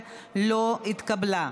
לא נתקבלה.